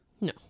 No